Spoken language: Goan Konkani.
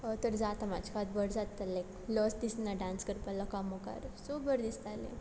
ह तर जाता म्हाजें फात बर जातलें लज दिसना डांस करपा लोकां मुखार सो बरें दिसतालें